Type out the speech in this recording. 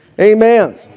Amen